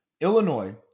Illinois